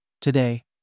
Today